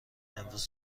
امروز